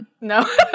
no